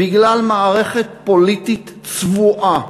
בגלל מערכת פוליטית צבועה